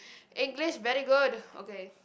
English very good okay